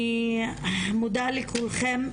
אני מודה לכולכם,